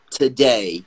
today